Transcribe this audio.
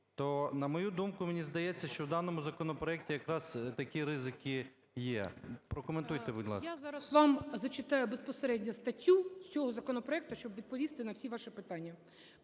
То, на мою думку, мені здається, що в даному законопроекті якраз такі ризики є. Прокоментуйте, будь ласка. 13:10:37 КОРЧИНСЬКА О.А. Я зараз вам зачитаю безпосередньо статтю з цього законопроекту, щоб відповісти на всі ваші питання.